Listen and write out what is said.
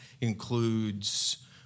includes